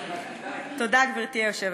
תודה, גברתי היושבת-ראש.